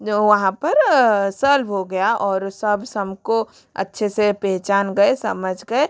जो वहाँ पर सोल्व हो गया ओर सब सब को अच्छे से पहचान गए समझ गए